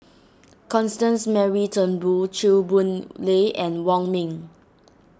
Constance Mary Turnbull Chew Boon Lay and Wong Ming